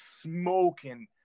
smoking